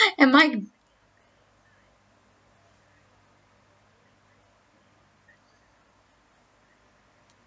am I